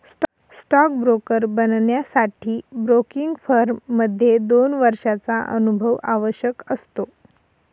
stock broker बनण्यासाठी broking firm मध्ये दोन वर्षांचा अनुभव आवश्यक असतो